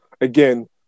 again